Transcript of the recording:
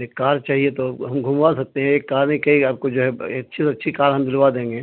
ایک کار چاہیے تو ہم گھوموا سکتے ہیں ایک کار نہیں کہ آپ کو جو ہے اچھی سے اچھی کار ہم دلوا دیں گے